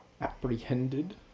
apprehended